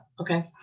Okay